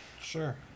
Sure